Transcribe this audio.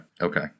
Okay